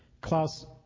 Klaus